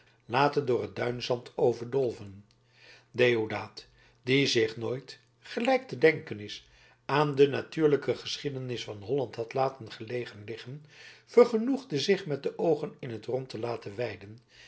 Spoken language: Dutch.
later door het duinzand overdolven deodaat die zich nooit gelijk te denken is aan de natuurlijke geschiedenis van holland had laten gelegen liggen vergenoegde zich met de oogen in t rond te laten weiden